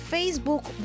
Facebook